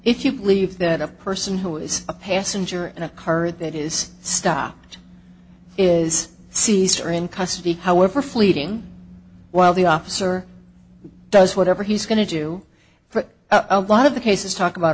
if you believe that a person who is a passenger in a car that is stopped is cesar in custody however fleeting while the officer does whatever he's going to do for a lot of the cases talk about